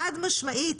חד משמעית.